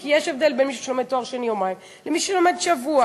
כי יש הבדל בין מי שלומד תואר שני יומיים למי שלומד שבוע.